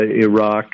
Iraq